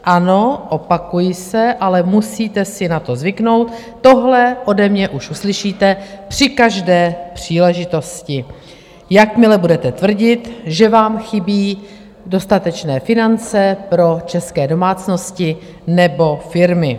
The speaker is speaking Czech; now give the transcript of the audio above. Ano, opakuji se, ale musíte si na to zvyknout, tohle ode mě uslyšíte při každé příležitosti, jakmile budete tvrdit, že vám chybí dostatečné finance pro české domácnosti nebo firmy.